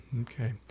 Okay